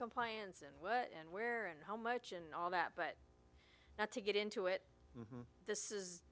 compliance and what and where and how much and all that but not to get into it this is